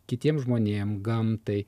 kitiem žmonėm gamtai